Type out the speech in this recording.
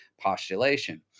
postulation